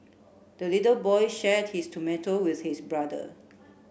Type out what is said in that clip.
the little boy shared his tomato with his brother